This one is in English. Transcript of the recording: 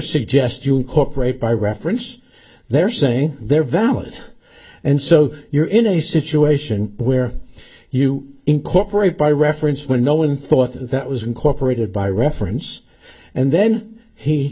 suggest you incorporate by reference they're saying they're valid and so you're in a situation where you incorporate by reference when no one thought that was incorporated by reference and then he